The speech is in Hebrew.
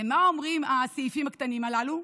ומה אומרים הסעיפים הקטנים הללו?